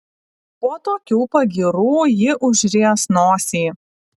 po tokių pagyrų ji užries nosį